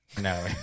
No